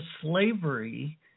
slavery